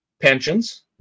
pensions